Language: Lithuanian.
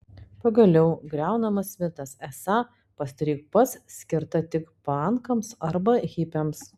pagaliau griaunamas mitas esą pasidaryk pats skirta tik pankams arba hipiams